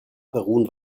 beruhen